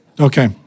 Okay